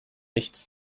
nichts